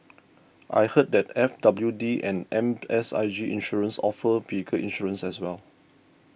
I heard that F W D and M S I G Insurance offer vehicle insurance as well